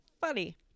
Funny